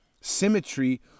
symmetry